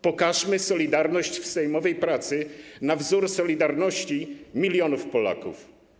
Pokażmy solidarność w sejmowej pracy na wzór solidarności milionów Polaków.